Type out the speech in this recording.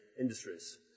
industries